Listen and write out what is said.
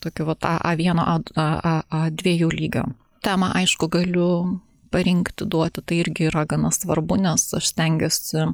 tokiu vat a a vieno a d a a a dviejų lygio temą aišku galiu parinkti duoti tai irgi yra gana svarbu nes aš stengiuosi